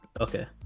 Okay